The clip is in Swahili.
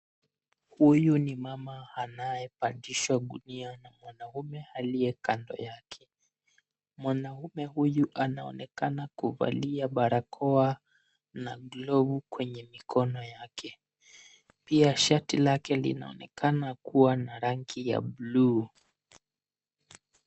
Huyu ni mama anayepandishwa gunia na mwanaume aliye kando yake. Mwanaume huyu anaonekana kuvalia barakoa na glavu kwenye mikono yake. Pia shati lake linaonekana kuwa na rangi ya blu.